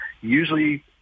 Usually